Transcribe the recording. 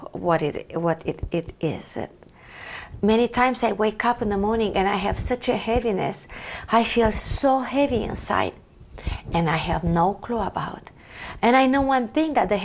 what it what it is that many times they wake up in the morning and i have such a heaviness i feel so heavy and sight and i have no clue about and i know one thing that the